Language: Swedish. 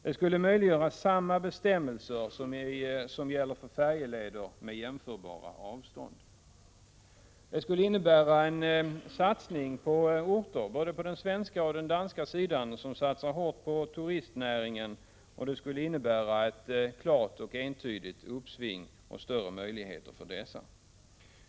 Det skulle möjliggöra samma bestämmelser som gäller för färjeleder med jämförbara avstånd. Det skulle innebära en satsning på orter på både den svenska och den danska sidan som satsar hårt på turistnäringen, och det skulle innebära ett klart och entydigt uppsving och större möjligheter för dessa orter.